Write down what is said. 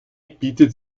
bietet